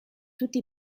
tutti